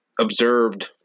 Observed